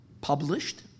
published